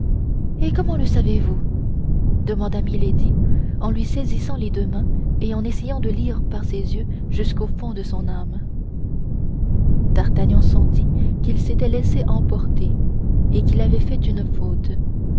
et comment le savez-vous demanda milady en lui saisissant les deux mains et en essayant de lire par ses yeux jusqu'au fond de son âme d'artagnan sentit qu'il s'était laissé emporter et qu'il avait fait une faute